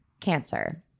cancer